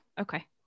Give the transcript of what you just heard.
Okay